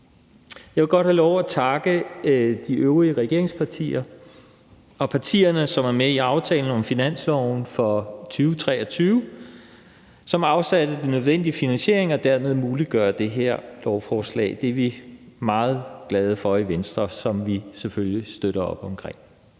Jeg vil godt have lov at takke de øvrige regeringspartier og partierne, som er med i aftalen om finansloven for 2023, som afsatte den nødvendige finansiering, og som dermed muliggør det her lovforslag, som vi er meget glade for i Venstre, og som vi selvfølgelig støtter op omkring.